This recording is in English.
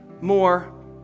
more